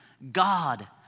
God